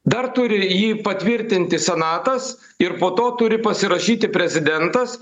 dar turi jį patvirtinti senatas ir po to turi pasirašyti prezidentas